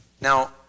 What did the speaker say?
Now